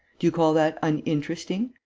do you call that uninteresting?